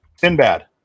Sinbad